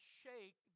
shake